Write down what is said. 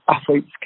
athletes